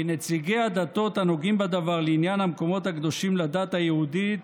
כי נציגי הדתות הנוגעים בדבר לעניין המקומות הקדושים לדת היהודית